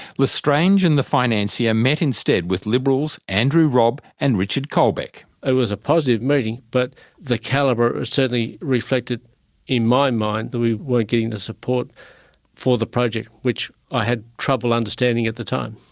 l'estrange and the financier met instead with liberals andrew robb and richard colbeck. it was a positive meeting but the calibre certainly reflected in my mind that we weren't getting the support for the project, which i had trouble understanding at the time.